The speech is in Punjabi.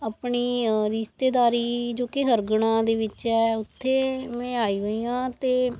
ਆਪਣੀ ਰਿਸ਼ਤੇਦਾਰੀ ਜੋ ਕਿ ਹਰਗਣਾਂ ਦੇ ਵਿੱਚ ਹੈ ਉੱਥੇ ਮੈਂ ਆਈ ਹੋਈ ਹਾਂ ਅਤੇ